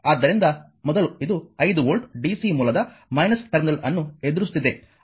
ಆದ್ದರಿಂದ ಮೊದಲು ಇದು 5 ವೋಲ್ಟ್ ಡಿಸಿ ಮೂಲದ ಟರ್ಮಿನಲ್ ಅನ್ನು ಎದುರಿಸುತ್ತಿದೆ